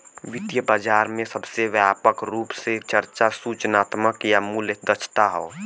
वित्तीय बाजार में सबसे व्यापक रूप से चर्चा सूचनात्मक या मूल्य दक्षता हौ